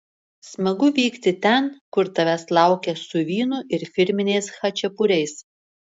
smagu vykti ten kur tavęs laukia su vynu ir firminiais chačiapuriais